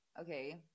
okay